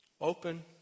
open